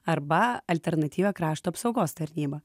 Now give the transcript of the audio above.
arba alternatyvią krašto apsaugos tarnybą